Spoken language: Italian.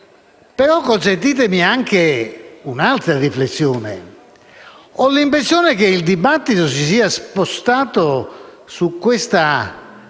Consentitemi però un'altra riflessione. Ho l'impressione che il dibattito si sia spostato su questa